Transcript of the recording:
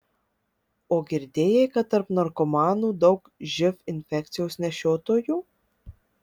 o girdėjai kad tarp narkomanų daug živ infekcijos nešiotojų